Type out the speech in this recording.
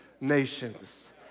nations